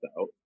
out